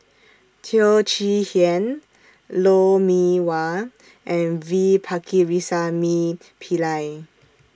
Teo Chee Hean Lou Mee Wah and V Pakirisamy Pillai